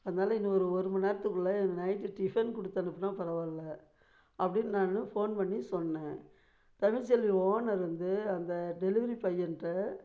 அதனால இன்னும் ஒரு ஒருமணி நேரத்துக்குள்ள நைட்டு டிஃபன் கொடுத்தனுப்புனா பரவாயில்ல அப்படின்னு நான் ஃபோன் பண்ணி சொன்னேன் தமிழ்ச்செல்வி ஓனர் வந்து அந்த டெலிவரி பையன்கிட்ட